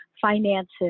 finances